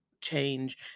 change